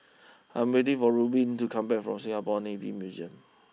I'm waiting for Rubin to come back from Singapore Navy Museum